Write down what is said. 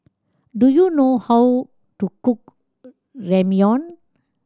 do you know how to cook Ramyeon